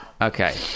Okay